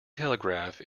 telegraph